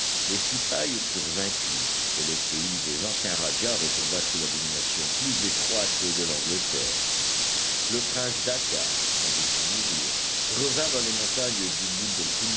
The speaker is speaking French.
les cipayes furent vaincus et le pays des anciens rajahs retomba sous la domination plus étroite de l'angleterre le prince dakkar qui n'avait pu mourir revint dans les montagnes du